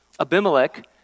Abimelech